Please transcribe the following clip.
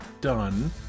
done